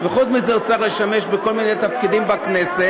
וחוץ מזה הוא צריך לשמש בכל מיני תפקידים בכנסת.